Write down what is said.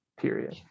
Period